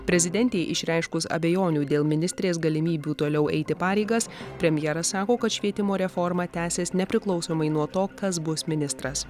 prezidentei išreiškus abejonių dėl ministrės galimybių toliau eiti pareigas premjeras sako kad švietimo reforma tęsis nepriklausomai nuo to kas bus ministras